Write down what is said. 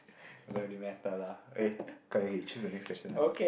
doesn't really matter lah eh choose the next question lah